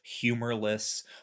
humorless